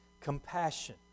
Compassion